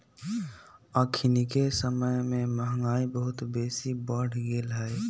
अखनिके समय में महंगाई बहुत बेशी बढ़ गेल हइ